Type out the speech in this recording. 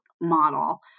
model